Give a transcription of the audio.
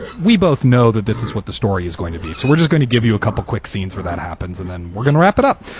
we both know that this is what the story is going to be. so we're just going to give you a couple of quick scenes where that happens and then we're going to wrap it up.